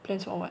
plans for what